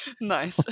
nice